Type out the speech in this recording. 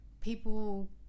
People